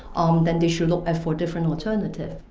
um then they should look for different alternatives.